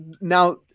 now